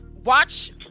watch